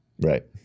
Right